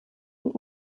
und